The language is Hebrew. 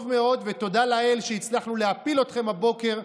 טוב מאוד ותודה לאל שהצלחנו להפיל אתכם הבוקר,